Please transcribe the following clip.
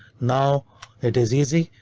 now it is easy.